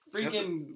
Freaking